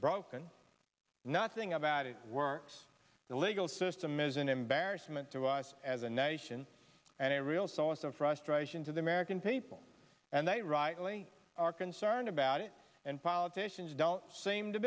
broken nothing about it works the legal system is an embarrassment to us as a nation and a real source of frustration to the american people and they rightly are concerned about it and politicians don't seem to